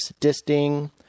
disting